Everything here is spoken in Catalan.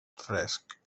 fresc